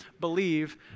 believe